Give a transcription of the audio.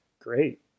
great